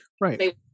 right